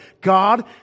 God